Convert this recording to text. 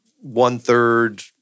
one-third